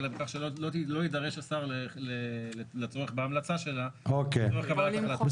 בכך שלא יידרש השר לצורך בהמלצה שלה לשם קבלת החלטה.